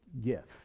gift